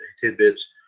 tidbits